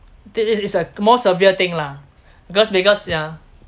it it is a more severe thing lah because because yeah